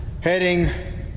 heading